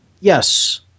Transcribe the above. Yes